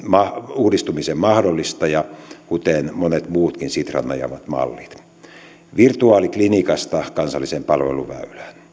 uudistumisen mahdollistaja kuten monet muutkin sitran ajamat mallit virtuaaliklinikasta kansalliseen palveluväylään